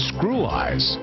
Screw-Eyes